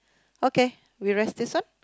okay we rest this one